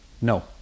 No